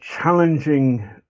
challenging